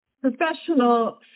professional